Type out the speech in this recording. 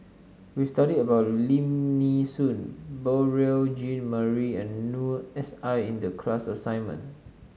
we studied about Lim Nee Soon Beurel Jean Marie and Noor S I in the class assignment